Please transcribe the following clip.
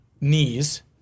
knees